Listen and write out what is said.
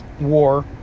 war